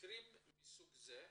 במקרים מסוג זה,